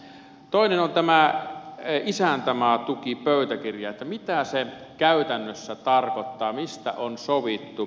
toinen on tämä isäntämaatukipöytäkirja mitä se käytännössä tarkoittaa mistä on sovittu